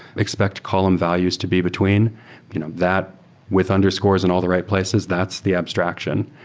expect column values to be between you know that with underscores in all the right places. that's the abstraction.